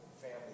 family